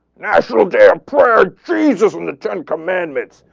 national day of prayer, jesus from the ten commandments.